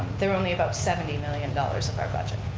they're only about seventy million dollars of our budget.